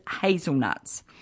hazelnuts